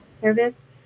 service